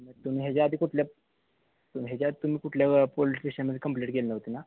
तुम्ही ह्याच्या आधी कुठल्या ह्याच्या आधी तुम्ही कुठल्या पोलिस स्टेशनमध्ये कम्प्लेंट केली नव्हती ना